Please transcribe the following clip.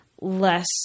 less